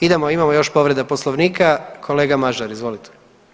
Idemo imamo još povreda Poslovnika, kolega Mažar izvolite.